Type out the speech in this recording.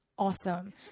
awesome